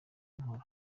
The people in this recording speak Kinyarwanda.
inkoro